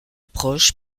proches